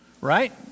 right